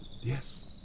Yes